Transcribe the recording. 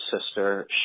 sister